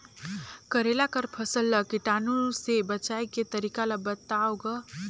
करेला कर फसल ल कीटाणु से बचाय के तरीका ला बताव ग?